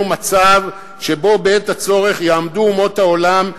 מצב שבו בעת הצורך יעמדו אומות העולם,